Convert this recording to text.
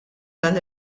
dan